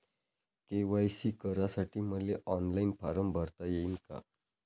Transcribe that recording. KYC करासाठी मले online form भरता येईन का?